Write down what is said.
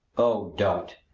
oh, don't!